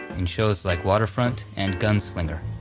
in shows like waterfront, and gunslinger.